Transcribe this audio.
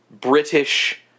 British